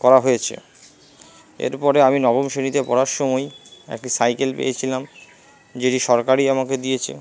করা হয়েছে এরপরে আমি নবম শ্রেণীতে পড়ার সময়ই একটি সাইকেল পেয়েছিলাম যে যে সরকারই আমাকে দিয়েছে